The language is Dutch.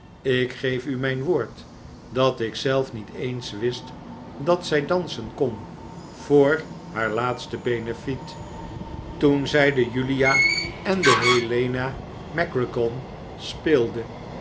ik geef u mijn woord dat ik zelf niet eens wist dat zij dansen kon voor haar laatste benefiet toen zij de julia en de helena macgregon speelde